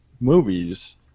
movies